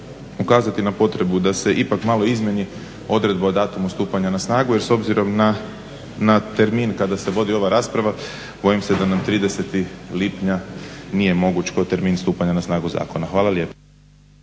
ukazati na potrebu da se ipak malo izmjeni odredba o datuma stupanja na snagu jer s obzirom na termin kada se vodi ova rasprave bojim se da nam 30. lipnja nije moguć kao termin stupanja zakona na snagu. Hvala lijepo.